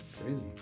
Crazy